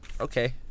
Okay